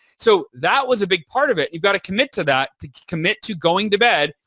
so, that was a big part of it. you've got to commit to that, to commit to going to bed.